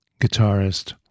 guitarist